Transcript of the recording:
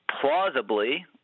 plausibly –